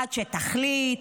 עד שתחליט,